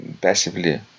passively